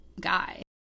guy